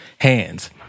hands